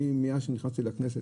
אני מאז שאני נכנסתי לכנסת,